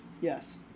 Yes